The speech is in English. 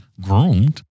groomed